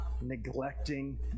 neglecting